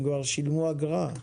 הם כבר שילמו אגרה.